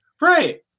Right